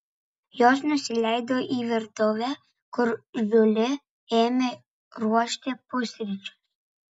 jos nusileido į virtuvę kur žiuli ėmė ruošti pusryčius